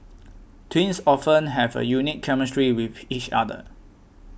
twins often have a unique chemistry with each other